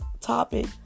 topic